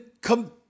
come